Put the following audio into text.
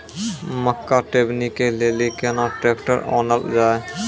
मक्का टेबनी के लेली केना ट्रैक्टर ओनल जाय?